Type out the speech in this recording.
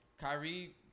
Kyrie